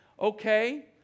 okay